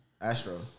Astro